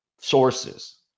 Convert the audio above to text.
sources